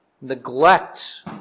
neglect